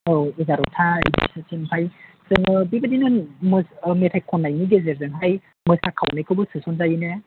औ एगारथा बिदिसोनिफ्राय जोङो बिबायदिनो मेथाइ खननायनि गेजेरजोंहाय मोसाखावनायखौबो सोसनजायोहाय ना